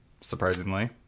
surprisingly